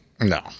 No